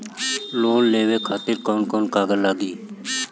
Loan लेवे खातिर कौन कौन कागज लागी?